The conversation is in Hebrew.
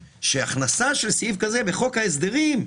הכנסה של סעיף כזה בחוק ההסדרים,